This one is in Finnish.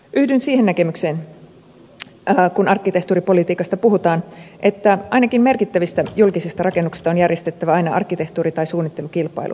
yhdyn siihen näkemykseen kun arkkitehtuuripolitiikasta puhutaan että ainakin merkittävistä julkisista rakennuksista on järjestettävä aina arkkitehtuuri tai suunnittelukilpailu